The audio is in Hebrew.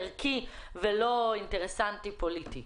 ערכי ולא אינטרסנטי פוליטי.